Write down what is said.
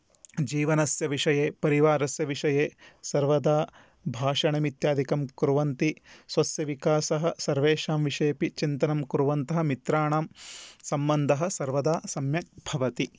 जीवनस्य विषये परिवारस्य विषये सर्वदा भाषणमित्यादिकं कुर्वन्ति स्वस्य विकासः सर्वेषां विषयेपि चिन्तनं कुर्वन्तः मित्राणां सम्बन्धः सर्वदा सम्यक् भवति